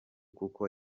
kuko